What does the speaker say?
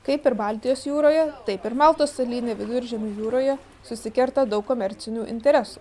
kaip ir baltijos jūroje taip ir maltos salyne viduržemio jūroje susikerta daug komercinių interesų